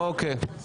אוקיי.